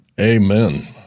Amen